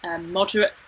moderate